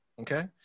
okay